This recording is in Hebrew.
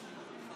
תודה.